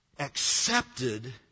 accepted